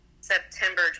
september